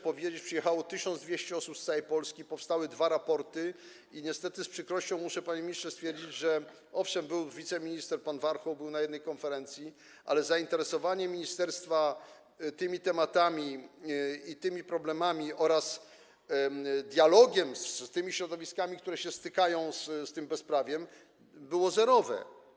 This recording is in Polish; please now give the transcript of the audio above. Przyjechało 1200 osób z całej Polski, powstały dwa raporty i niestety z przykrością muszę, panie ministrze, stwierdzić, że owszem były wiceminister pan Warchoł był na jednej konferencji, ale zainteresowanie ministerstwa tymi tematami, tymi problemami oraz dialogiem ze środowiskami, które się stykają z bezprawiem, było zerowe.